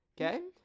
Okay